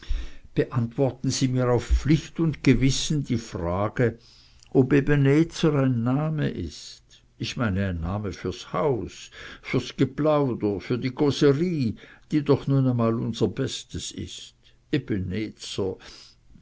beantworten sie mir auf pflicht und gewissen die frage ob ebenezer ein name ist ich meine ein name fürs haus fürs geplauder für die causerie die doch nun mal unser bestes ist